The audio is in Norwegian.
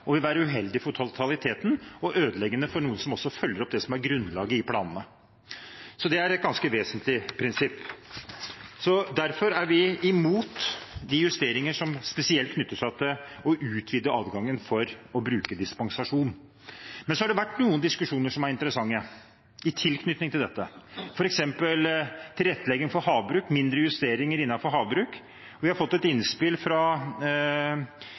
og vil være uheldig for totaliteten og ødeleggende for noen som følger opp det som er grunnlaget i planene. Så det er et ganske vesentlig prinsipp. Derfor er vi imot de justeringene som spesielt knytter seg til å utvide adgangen for å bruke dispensasjon. Men så har det vært noen diskusjoner som er interessante i tilknytning til dette, f.eks. tilrettelegging for havbruk, mindre justeringer innenfor havbruk. Vi har fått et innspill fra